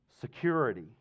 security